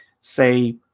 say